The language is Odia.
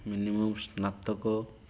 ମିନିମମ୍ ସ୍ନାତକ